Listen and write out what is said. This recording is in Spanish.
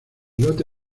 islote